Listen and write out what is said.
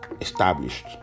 Established